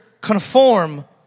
conform